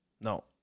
no